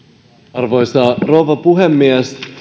arvoisa rouva puhemies